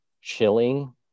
chilling